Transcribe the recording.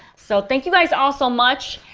so thank you guys all so much.